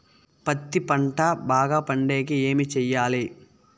పత్తి పంట బాగా పండే కి ఏమి చెయ్యాలి?